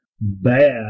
bad